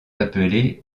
appelés